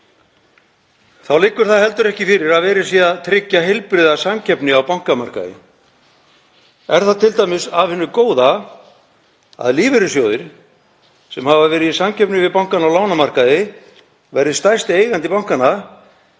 Þá liggur heldur ekki fyrir að verið sé að tryggja heilbrigða samkeppni á bankamarkaði. Er það t.d. af hinu góða að lífeyrissjóðir sem hafa verið í samkeppni við bankana á lánamarkaði verði stærstu eigendur bankanna